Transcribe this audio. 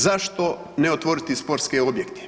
Zašto ne otvoriti sportske objekte?